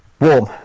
Warm